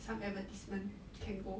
some advertisement can go